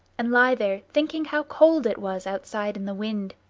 and lie there thinking how cold it was outside in the wind,